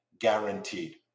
guaranteed